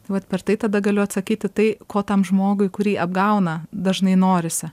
vat per tai tada galiu atsakyt į tai ko tam žmogui kurį apgauna dažnai norisi